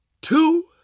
two